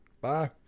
Bye